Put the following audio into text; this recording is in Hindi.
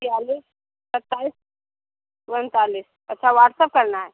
छियालीस सत्ताइस उनतालीस अच्छा वाट्सअप करना है